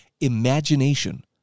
imagination